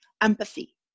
Empathy